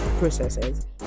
Processes